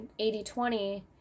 80-20